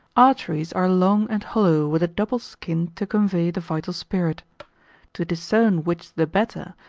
arteries are long and hollow, with a double skin to convey the vital spirit to discern which the better,